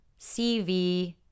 CV